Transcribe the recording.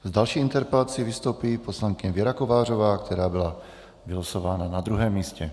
S další interpelací vystoupí poslankyně Věra Kovářová, která byla vylosována na druhém místě.